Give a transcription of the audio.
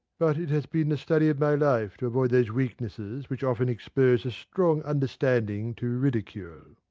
but it has been the study of my life to avoid those weaknesses which often expose a strong understanding to ridicule.